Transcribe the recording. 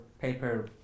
paper